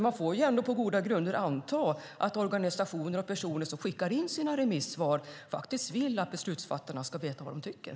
Man får ju ändå på goda grunder anta att organisationer och personer som skickar in sina remissvar faktiskt vill att beslutsfattarna ska veta vad de tycker.